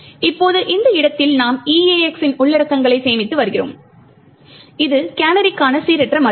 இப்போது இந்த இடத்தில் நாம் EAX இன் உள்ளடக்கங்களை சேமித்து வருகிறோம் இது கேனரிக்கான சீரற்ற மதிப்பு